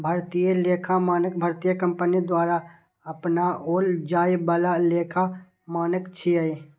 भारतीय लेखा मानक भारतीय कंपनी द्वारा अपनाओल जाए बला लेखा मानक छियै